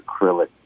acrylic